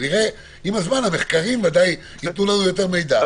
ועם הזמן המחקרים ייתנו לנו יותר מידע.